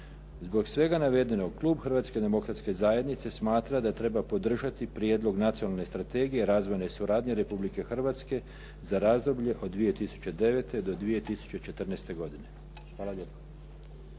Zbog svega navedenog klub Hrvatske demokratske zajednice smatra da treba podržati Prijedlog Nacionalne strategije razvojne suradnje Republike Hrvatske za razdoblje od 2009. do 2014. godine. Hvala lijepo.